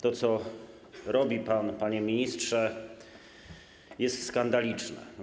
To, co robi pan, panie ministrze, jest skandaliczne.